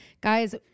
Guys